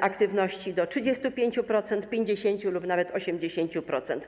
aktywności do 35%, 50% lub nawet 80%.